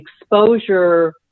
exposure